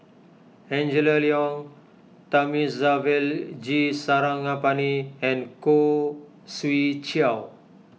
Angela Liong Thamizhavel G Sarangapani and Khoo Swee Chiow